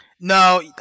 No